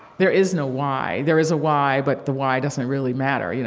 there is no why. there is a why, but the why doesn't really matter. you know